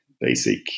basic